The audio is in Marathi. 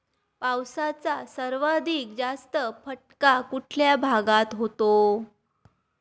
पावसाचा सर्वाधिक जास्त फटका कुठल्या भागात होतो?